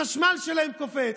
החשמל שלהם קופץ,